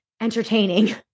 entertaining